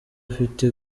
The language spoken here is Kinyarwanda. ufite